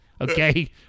okay